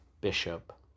Bishop